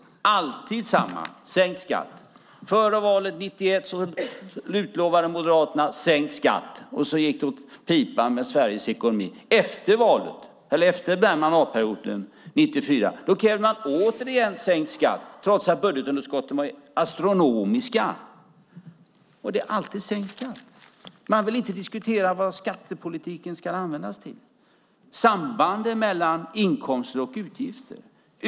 Det är alltid samma sak: sänkt skatt. Före valet 91 utlovade Moderaterna sänkt skatt. Och sedan gick det åt pipan med Sveriges ekonomi. Efter den mandatperioden, 94, krävde man återigen sänkt skatt, trots att budgetunderskotten var astronomiska. Det är alltid sänkt skatt. Man vill inte diskutera vad skattepolitiken ska användas till, sambanden mellan inkomster och utgifter.